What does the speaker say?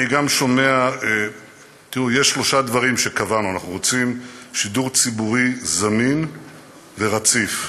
יש שלושה דברים שקבענו: אנחנו רוצים שידור ציבורי זמין ורציף,